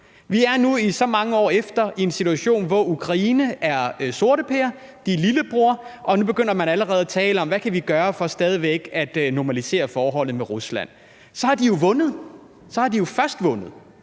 Vi er nu i så mange år efter i en situation, hvor Ukraine er sorteper og lillebror, og nu begynder man allerede at tale om, hvad vi kan gøre for stadig væk at normalisere forholdet med Rusland. Så har de jo vundet. Så har de jo først vundet!